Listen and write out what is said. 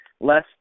less